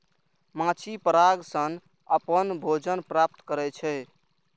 माछी पराग सं अपन भोजन प्राप्त करै छै